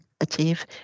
achieve